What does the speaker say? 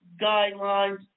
guidelines